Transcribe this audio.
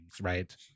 right